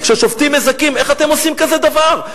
כששופטים מזכים: איך אתם עושים כזה דבר?